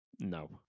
no